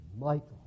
Michael